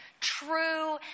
true